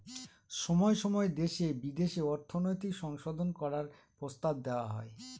সময় সময় দেশে বিদেশে অর্থনৈতিক সংশোধন করার প্রস্তাব দেওয়া হয়